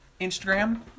Instagram